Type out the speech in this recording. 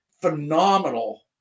phenomenal